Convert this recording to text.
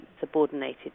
subordinated